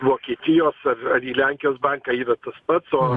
vokietijos ar ar į lenkijos banką yra tas pats o